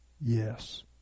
Yes